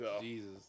Jesus